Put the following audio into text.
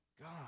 God